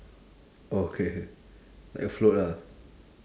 okay like float lah